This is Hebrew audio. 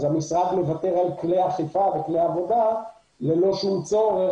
אז המשרד מוותר על כלי אכיפה וכלי עבודה ללא שום צורך,